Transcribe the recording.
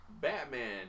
Batman